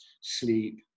sleep